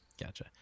Gotcha